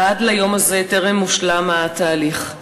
עד ליום הזה טרם הושלם התהליך.